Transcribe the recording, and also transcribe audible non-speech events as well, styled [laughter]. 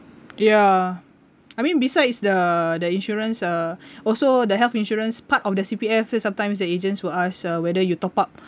ya I mean besides the the insurance uh [breath] also the health insurance part of the C_P_F sometimes the agents will ask uh whether you top up